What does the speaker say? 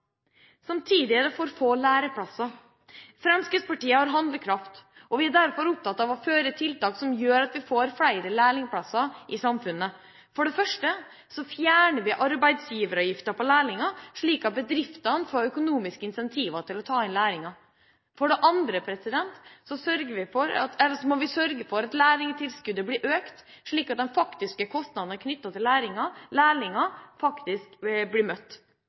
Samtidig er det for få læreplasser. Fremskrittspartiet har handlekraft. Vi er derfor opptatt av å gjennomføre tiltak som gjør at vi får flere lærlingplasser i samfunnet. For det første fjerner vi arbeidsgiveravgiften for lærlinger, slik at bedriftene får økonomiske incentiver til å ta dem inn. For det andre må vi sørge for at lærlingtilskuddet blir økt, slik at de faktiske kostnadene knyttet til lærlinger blir møtt.